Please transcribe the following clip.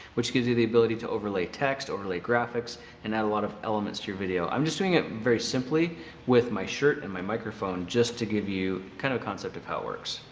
which gives you the ability to overlay text overlay graphics and add a lot of elements to your video. i'm just doing it very simply with my shirt and my microphone just to give you kind of concept of how it works.